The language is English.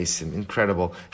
incredible